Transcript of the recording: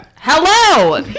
Hello